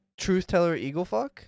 TruthtellerEagleFuck